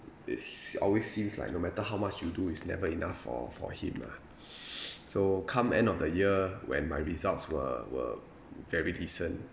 it's always seems like no matter how much you do it's never enough for for him lah so come end of the year when my results were were very decent